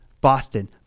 boston